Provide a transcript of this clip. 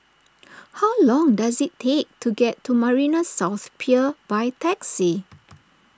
how long does it take to get to Marina South Pier by taxi